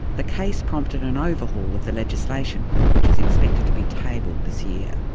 the case prompted an overhaul of the legislation which is expected to be tabled this year.